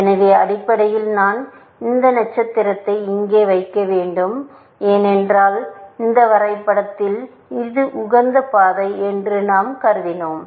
எனவே அடிப்படையில் நான் இந்த நட்சத்திரத்தை இங்கே வைக்க வேண்டும் ஏனென்றால் இந்த வரைபடத்தில் இது உகந்த பாதை என்று நாம் கருதினோம்